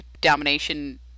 domination